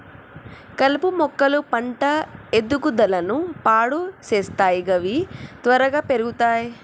కలుపు మొక్కలు పంట ఎదుగుదలను పాడు సేత్తయ్ గవి త్వరగా పెర్గుతయ్